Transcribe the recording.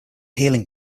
healing